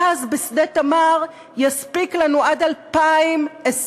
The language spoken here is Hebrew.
הגז בשדה "תמר" יספיק לנו עד 2028,